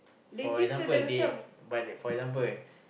for example they but for example